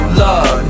love